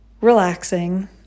relaxing